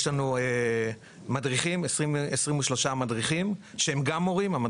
יש לנו 23 מדריכים, וגם הם מורים.